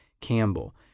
Campbell